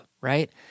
right